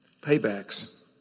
paybacks